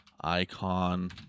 icon